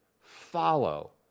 follow